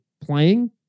playing